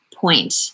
point